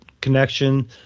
connection